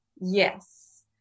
Yes